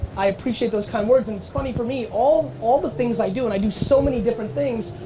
i appreciate those kind words. and it's funny for me, all all the things i do, and i do so many different things,